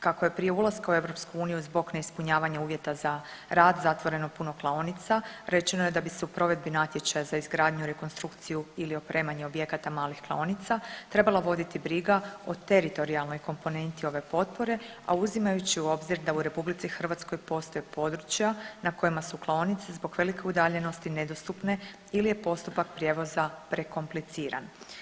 Kako je prije ulaska u EU zbog neispunjavanja uvjeta za rad zatvoreno puno klaonica, rečeno je da bi se u provedbi natječaja za izgradnju, rekonstrukciju ili opremanje objekata malih klaonica trebala voditi briga o teritorijalnoj komponenti ove potpore, a uzimajući u obzir da u RH postoje područja na kojima su klaonice zbog velike udaljenosti, nedostupne ili je postupak prijevoza prekompliciran.